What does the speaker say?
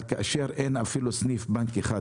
אבל כאשר אין אפילו סניף בנק אחד,